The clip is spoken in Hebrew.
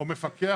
או מפקח על מד"א.